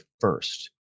first